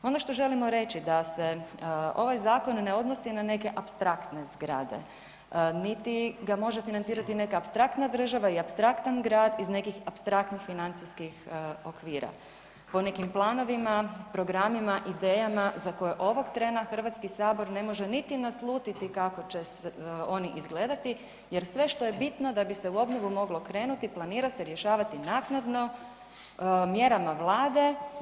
Ono što želimo reći da se ovaj zakon ne odnosi na neke apstraktne zgrade, niti ga može financirati neka apstraktna država i apstraktan grad iz nekih apstraktnih financijskih okvira po nekim planovima, programima, idejama za koje ovog trena HS ne može niti naslutiti kako će oni izgledati jer sve što je bitno da bi se u obnovu moglo krenuti planira se rješavati naknadno mjerama vlade.